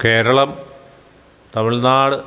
Keralam Tamil Nadu